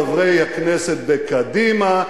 חברי הכנסת בקדימה,